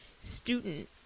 student